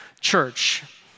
church